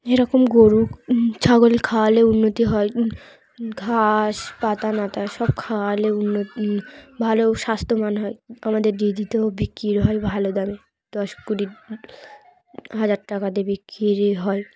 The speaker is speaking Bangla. এরকম গরু ছাগল খাওয়ালে উন্নতি হয় ঘাস পাতা নাতা সব খাওয়ালে উন্ন ভালো স্বাস্থ্যবান হয় আমাদের দিদিতেও বিক্রির হয় ভালো দামে দশ কুড়ি হাজার টাকা দিয়ে বিক্রি হয়